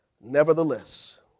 nevertheless